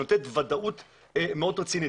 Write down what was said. תמונה שנותנת ודאות מאוד רצינית.